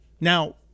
Now